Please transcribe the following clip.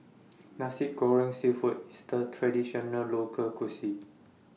Nasi Goreng Seafood IS A Traditional Local Cuisine